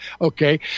Okay